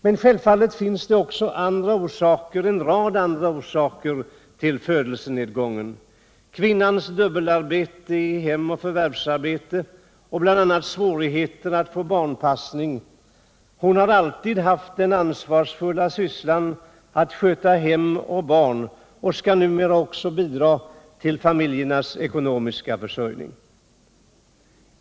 Men självfallet finns det en rad andra orsaker till födelsenedgången, exempelvis kvinnans dubbelarbete i hem och förvärvsarbete och bl.a. svårigheter att få barnpassning. Hon har alltid haft den ansvarsfulla sysslan att sköta hem och barn och skall numera också bidra till familjens ekonomiska försörjning.